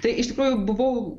tai iš tikrųjų buvau